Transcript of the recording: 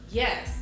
yes